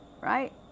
right